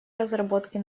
разработки